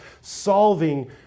solving